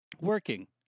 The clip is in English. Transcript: working